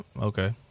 Okay